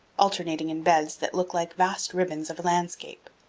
alternating in beds that look like vast ribbons of landscape.